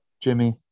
Jimmy